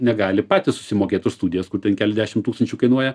negali patys susimokėt už studijas kur ten keliasdešim tūkstančių kainuoja